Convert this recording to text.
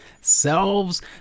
selves